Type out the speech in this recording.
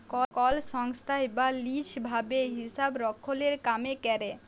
call সংস্থায় বা lease ভাবে হিসাবরক্ষলের কামে ক্যরে